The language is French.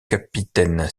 capitaine